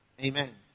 Amen